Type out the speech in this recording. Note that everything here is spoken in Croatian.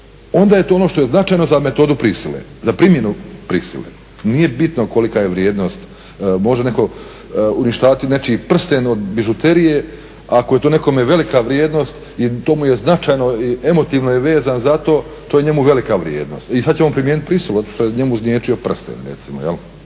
onda je to ono što je značajno za metodu prisile, za primjenu prisile. Nije bitno kolika je vrijednost, može neko uništavati nečiji prsten od bižuterije, ako je to nekome velika vrijednost, to mu je značajno i emotivno je vezan za to, to je njemu velika vrijednost i sad će on primijeniti prisilu zato što je njemu zgnječio prsten recimo.